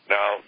Now